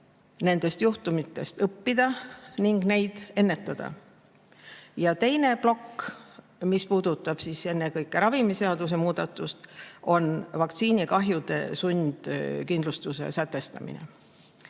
nendest juhtumitest õppida ning neid ennetada. Ja teine plokk, mis puudutab ennekõike ravimiseaduse muudatust, on vaktsiinikahjude sundkindlustuse sätestamine.